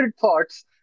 thoughts